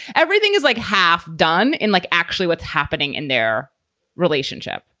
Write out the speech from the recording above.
everything is like half done in like actually what's happening in their relationship.